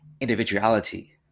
individuality